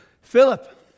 Philip